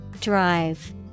Drive